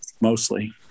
mostly